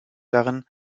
darin